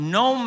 no